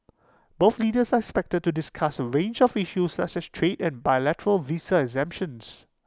both leaders are expected to discuss A range of issues such as trade and bilateral visa exemptions